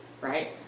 Right